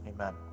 Amen